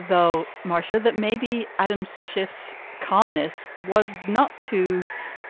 though, marcia, that maybe adam shifts calmness was not to